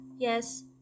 yes